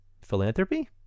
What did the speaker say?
philanthropy